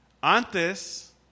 Antes